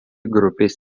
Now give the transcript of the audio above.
grupės